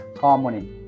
harmony